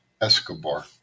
Escobar